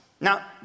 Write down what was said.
Now